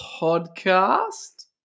podcast